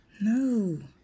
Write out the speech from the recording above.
No